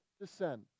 descent